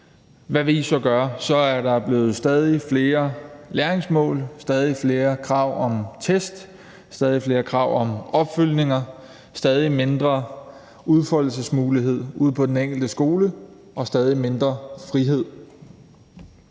hvad vil I så gøre? Så er der blevet stadigt flere læringsmål, stadigt flere krav om tests, stadigt flere krav om opfølgninger, stadigt mindre udfoldelsesmuligheder ude på den enkelte skole og stadigt mindre frihed.